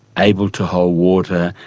able to hold water,